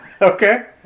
Okay